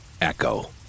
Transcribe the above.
Echo